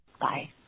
Bye